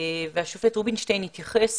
והשופט רובינשטיין התייחס